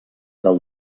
del